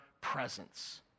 presence